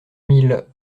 mille